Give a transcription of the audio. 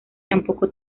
tampoco